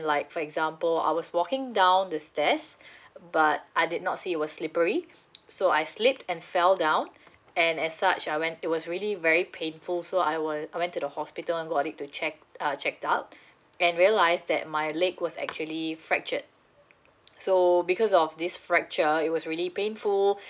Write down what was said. like for example I was walking down the stairs but I did not see it was slippery so I slipped and fell down and as such I went it was really very painful so I was I went to the hospital and got it to check uh check out and realized that my leg was actually fractured so because of this fracture it was really painful